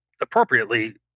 appropriately